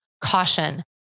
caution